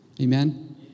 Amen